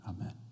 Amen